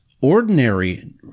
ordinary